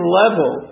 level